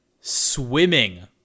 swimming